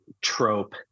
trope